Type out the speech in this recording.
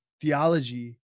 Theology